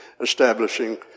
establishing